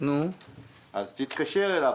אז תתקשר אליו.